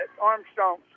Armstrong